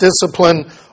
discipline